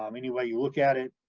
um any way you look at it,